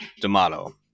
D'Amato